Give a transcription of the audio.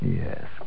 yes